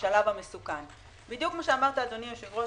אדוני היושב-ראש,